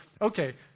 okay